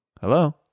Hello